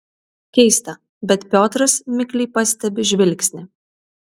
keista bet piotras mikliai pastebi žvilgsnį